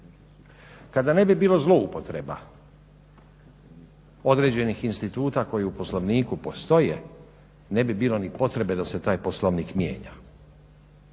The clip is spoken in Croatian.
Kada ne bi bilo zloupotreba određenih instituta koji u Poslovniku postoje ne bi bilo ni potrebe da se taj Poslovnik mijenja.